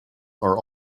are